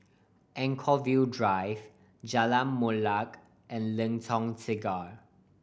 Anchorvale Drive Jalan Molek and Lengkok Tiga